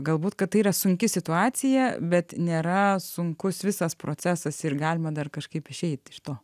galbūt kad tai yra sunki situacija bet nėra sunkus visas procesas ir galima dar kažkaip išeiti iš to